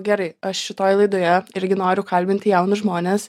gerai aš šitoj laidoje irgi noriu kalbinti jaunus žmones